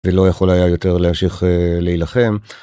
ולא יכול היה יותר להמשיך להילחם.